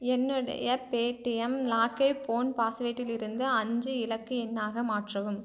என்னுடைய பேடிஎம் லாக்கை போன் பாஸ்வேட்டிலிருந்து அஞ்சு இலக்கு எண்ணாக மாற்றவும்